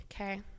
okay